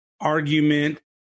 argument